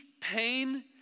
pain